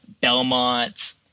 Belmont